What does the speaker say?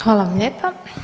Hvala vam lijepa.